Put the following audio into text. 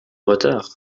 retard